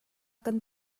kan